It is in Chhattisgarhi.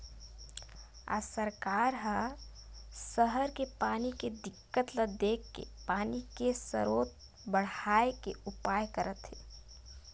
आज सरकार ह सहर के पानी के दिक्कत ल देखके पानी के सरोत बड़हाए के उपाय करत हे